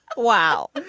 wow